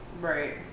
Right